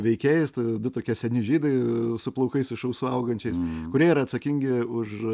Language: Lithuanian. veikėjais tai du tokie seni žydai su plaukais iš ausų augančiais kurie yra atsakingi už